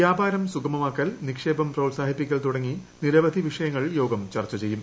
വ്യാപാരം സുഗമമാക്കൽ നിക്ഷേപം പ്രോത്സാഹിപ്പിക്കൽ തുടങ്ങി നിരവധി വിഷയങ്ങൾ യോഗം ചർച്ച ചെയ്യും